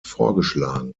vorgeschlagen